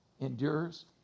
endures